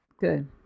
Good